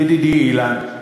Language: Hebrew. ידידי אילן,